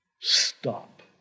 Stop